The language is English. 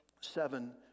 seven